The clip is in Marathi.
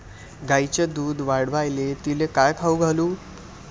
गायीचं दुध वाढवायले तिले काय खाऊ घालू?